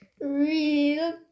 real